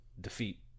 defeat